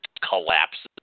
collapses